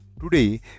Today